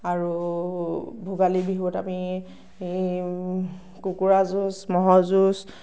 আৰু ভোগালী বিহুত আমি কুকুৰা যুঁজ ম'হৰ যুঁজ